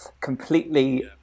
completely